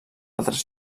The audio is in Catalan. altres